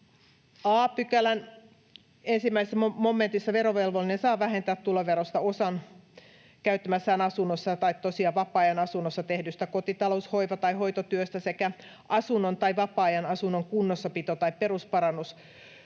a §:n 1 momentin mukaan verovelvollinen saa vähentää tuloverosta osan käyttämässään asunnossa tai tosiaan vapaa-ajan asunnossa tehdystä kotitalous-, hoiva- tai hoitotyöstä sekä asunnon tai vapaa-ajan asunnon kunnossapito- tai perusparannustyöstä,